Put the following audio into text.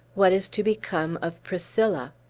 what is to become of priscilla?